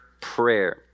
prayer